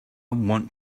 want